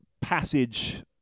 passage